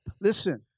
listen